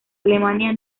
alemania